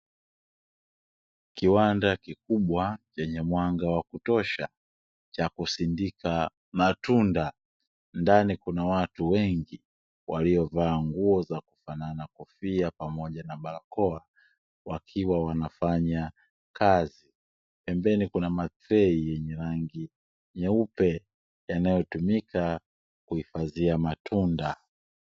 Kiwanda kikubwa yenye mwanga wa kutosha cha kusindika matunda, ndani kuna watu wengi waliovaa nguo za kufanana; kofia pamoja na barakoa, wakiwa wanafanya kazi. Pembeni kuna matrei yenye rangi nyeupe, yanayotumika kuhifadhia matunda